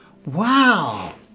Wow